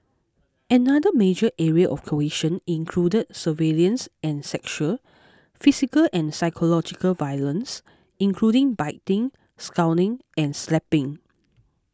another major area of coercion included surveillance and sexual physical and psychological violence including biting scalding and slapping